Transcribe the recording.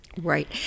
Right